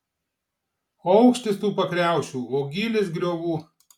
o aukštis tų pakriaušių o gylis griovų